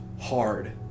hard